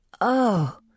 Oh